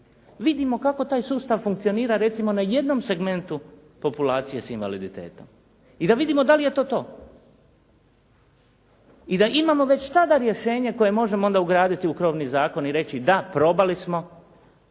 vidimo kako taj sustav funkcionira recimo na jednom segmentu populacije s invaliditetom i da vidimo da li je to to. I da imamo već tada rješenje koje možemo onda ugraditi u krovni zakon i reći da, probali smo,